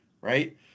right